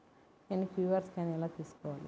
నేను QR scan ఎలా తీసుకోవాలి?